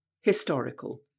historical